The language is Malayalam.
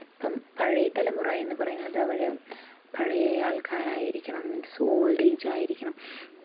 ഇപ്പം പഴയ തലമുറ എന്ന് പറയുന്നത് അവർ പഴയ ആൾക്കാരായിരിക്കണം മീൻസ് ഓൾഡ് ഏജ് ആയിരിക്കണം